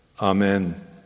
Amen